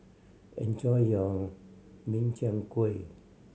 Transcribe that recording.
enjoy your Min Chiang Kueh